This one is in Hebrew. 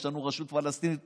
יש לנו רשות פלסטינית פה,